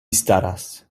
staras